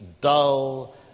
dull